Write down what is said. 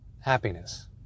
happiness